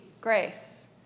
grace